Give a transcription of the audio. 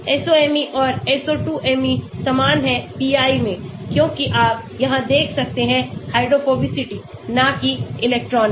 SOMe और SO2Me समान हैं pi में क्योंकि आप यहां देख सकते हैं हाइड्रोफोबिसिटी ना कि इलेक्ट्रॉनिक